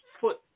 foot